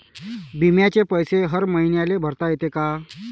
बिम्याचे पैसे हर मईन्याले भरता येते का?